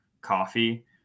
Coffee